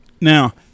Now